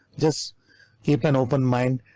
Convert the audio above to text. just keep an open mind,